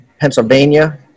Pennsylvania